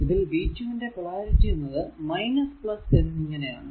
ഇതിൽ v2 ന്റെ polarity എന്നത് എന്നിങ്ങനെ ആണ്